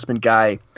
guy